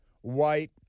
white